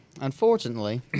unfortunately